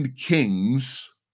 Kings